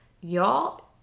y'all